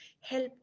help